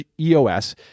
EOS